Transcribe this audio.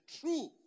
true